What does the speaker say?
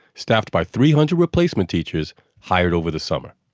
staffed by three hundred replacement teachers hired over the summer.